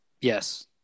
Yes